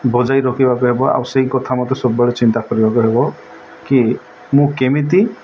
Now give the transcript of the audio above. ବଜାଇ ରଖିବାକୁ ହେବ ଆଉ ସେଇ କଥା ମୋତେ ସବୁବେଳେ ଚିନ୍ତା କରିବାକୁ ହେବ କି ମୁଁ କେମିତି